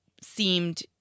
seemed